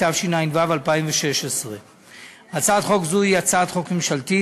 התשע"ו 2016. הצעת חוק זו היא הצעת חוק ממשלתית.